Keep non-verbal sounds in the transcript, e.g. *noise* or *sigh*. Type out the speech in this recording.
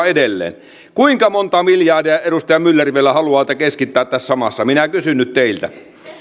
*unintelligible* edelleen kuinka monta miljardia edustaja myller vielä haluaa keskittää tässä maassa minä kysyn nyt teiltä